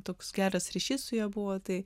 toks geras ryšys su ja buvo tai